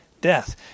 death